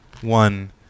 one